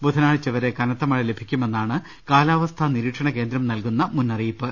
ബുധ നാഴ്ച്ച വരെ കനത്ത മഴ ലഭിക്കുമെന്നാണ് കാലാവസ്ഥാ നിരീക്ഷണ കേന്ദ്രം നൽകുന്ന മുന്നറിയിപ്പ്